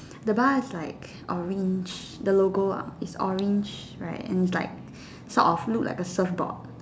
the bar is like orange the logo ah is orange right and is like sort of look like a surf board